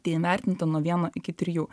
tai įvertinta nuo vieno iki trijų